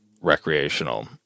recreational